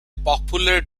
popular